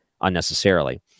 unnecessarily